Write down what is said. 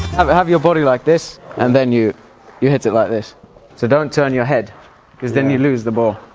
have have your body like this and then you you hit it like this so don't turn your head because then you lose the ball